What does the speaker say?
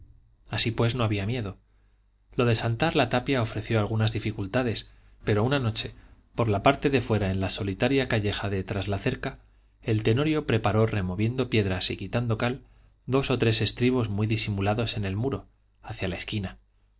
así pues no había miedo lo de saltar la tapia ofreció algunas dificultades pero una noche por la parte de fuera en la solitaria calleja de traslacerca el tenorio preparó removiendo piedras y quitando cal dos o tres estribos muy disimulados en el muro hacia la esquina